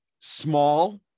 small